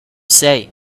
say